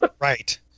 right